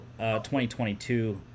2022